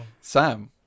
Sam